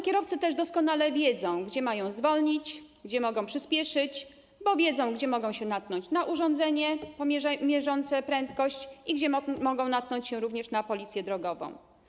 Kierowcy też doskonale wiedzą, gdzie mają zwolnić, gdzie mogą przyspieszyć, bo wiedzą, gdzie mogą się natknąć na urządzenie mierzące prędkość i gdzie mogą natknąć się na policję drogową.